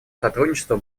сотрудничество